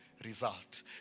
Result